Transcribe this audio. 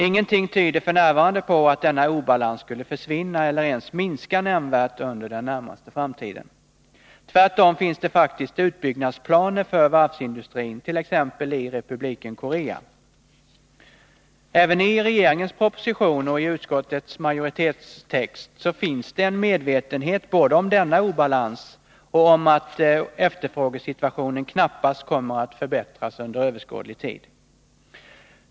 Ingenting tyder f. n. på att denna obalans skulle försvinna eller ens minska nämnvärt under den närmaste framtiden. Tvärtom finns det faktiskt utbyggnadsplaner för varvsindustrin, t.ex. i Republiken Korea. Även i regeringens proposition och i utskottets majoritetstext finns en medvetenhet både om denna obalans och om att efterfrågesituationen knappast kommer att förbättras under överskådlig tid.